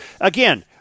again